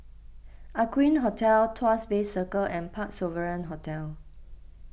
Aqueen Hotel Tuas Bay Circle and Parc Sovereign Hotel